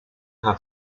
have